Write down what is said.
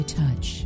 touch